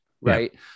right